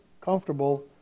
comfortable